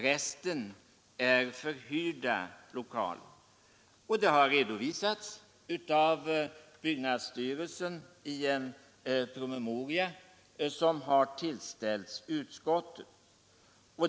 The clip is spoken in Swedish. Resten är förhyrda lokaler, och det har redovisats av byggnads styrelsen i en promemoria som tillställts utskottet.